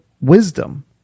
wisdom